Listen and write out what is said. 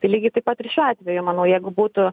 tai lygiai taip pat ir šiuo atveju manau jeigu būtų